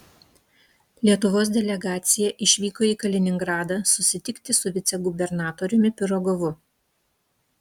lietuvos delegacija išvyko į kaliningradą susitikti su vicegubernatoriumi pirogovu